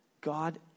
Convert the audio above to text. God